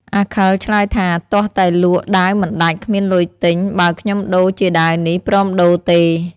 អាខិលឆ្លើយថា “ទាស់តែលក់ ដាវមិនដាច់ គ្មានលុយទិញ បើខ្ញុំដូរជាដាវនេះ ព្រមដូរទេ?។